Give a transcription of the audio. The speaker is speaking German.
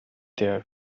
der